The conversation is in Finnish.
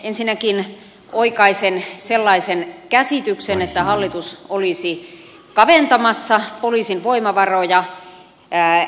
ensinnäkin oikaisen sellaisen käsityksen että hallitus olisi kaventamassa poliisin voimavaroja